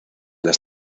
las